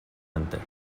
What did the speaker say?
enter